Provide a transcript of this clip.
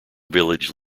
village